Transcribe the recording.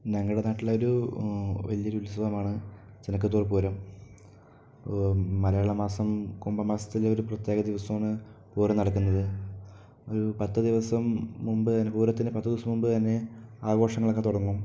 ഞങ്ങളുടെ നാട്ടിലൊരു വലിയൊരു ഉത്സവമാണ് ചിനക്കത്തൂർ പൂരം മലയാള മാസം കുംഭ മാസത്തില് ഒരു പ്രത്യേക ദിവസമാണ് പൂരം നടക്കുന്നത് ഒരു പത്ത് ദിവസം മുമ്പ് തന്നേ പൂരത്തിന് പത്ത് ദിവസം മുമ്പ് തന്നേ ആഘോഷങ്ങളൊക്കേ തുടങ്ങും